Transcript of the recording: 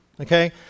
Okay